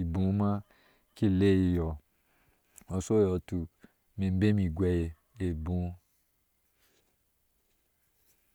ibɔɔ ma ki leiɔɔ o shoiyo tuk me bemi egwe ebɔɔ.